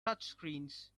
touchscreens